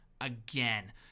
again